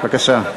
בבקשה.